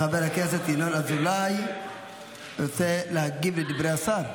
חבר הכנסת ינון אזולאי, רוצה להגיב על דברי השר?